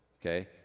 okay